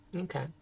Okay